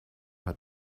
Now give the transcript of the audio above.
hat